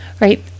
Right